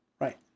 Right